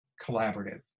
collaborative